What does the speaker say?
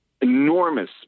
enormous